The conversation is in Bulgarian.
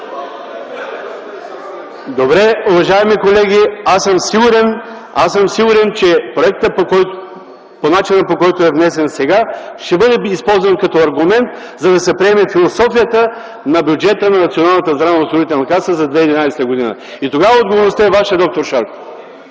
АДЕМОВ: Уважаеми колеги, аз съм сигурен, че по начина, по който е внесен проектът сега, ще бъде използван като аргумент, за да се приеме философията на бюджета на Националната здравноосигурителна каса за 2011 г. И тогава отговорността е ваша, д р Шарков!